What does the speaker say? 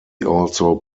also